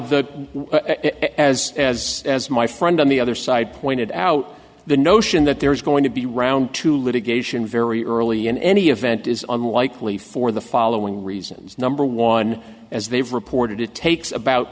that as as as my friend on the other side pointed out the notion that there is going to be round to litigation very early in any event is unlikely for the following reasons number one as they've reported it takes about